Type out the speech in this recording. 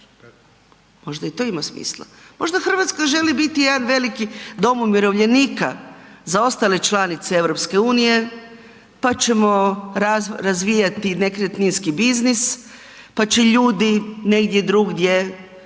Možda i to ima smisla. Možda RH želi biti jedan veliki dom umirovljenika za ostale članice EU, pa ćemo razvijati nekretninski biznis, pa će ljudi negdje drugdje